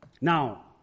Now